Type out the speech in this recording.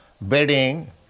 bedding